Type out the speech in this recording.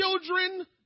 children